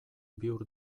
bihur